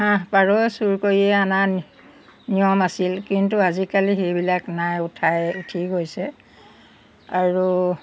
হাঁহ পাৰও চুৰ কৰি অনা নিয়ম আছিল কিন্তু আজিকালি সেইবিলাক নাই উঠাই উঠি গৈছে আৰু